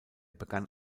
begann